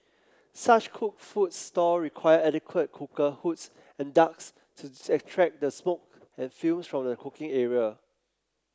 such cooked food stall require adequate cooker hoods and ducts to extract the smoke and fumes from the cooking area